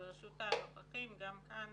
וברשות הנוכחים גם כאן